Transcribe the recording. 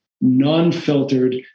non-filtered